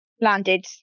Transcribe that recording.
landed